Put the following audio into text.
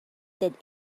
that